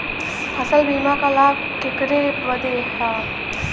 फसल बीमा क लाभ केकरे बदे ह?